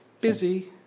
busy